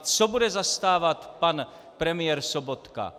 Co bude zastávat pan premiér Sobotka?